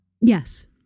Yes